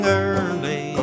early